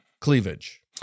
cleavage